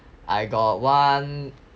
I got one